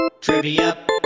Trivia